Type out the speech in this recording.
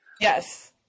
Yes